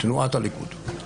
תנועת הליכוד.